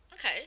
Okay